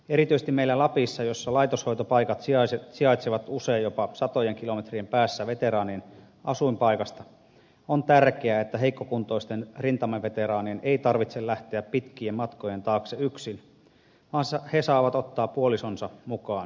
erityisesti meillä lapissa jossa laitoshoitopaikat sijaitsevat usein jopa satojen kilometrien päässä veteraanin asuinpaikasta on tärkeää että heikkokuntoisten rintamaveteraanien ei tarvitse lähteä pitkien matkojen taakse yksin vaan he saavat ottaa puolisonsa mukaan kuntoutukseen